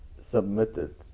submitted